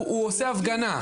הוא עושה הפגנה.